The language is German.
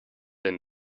denn